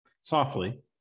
softly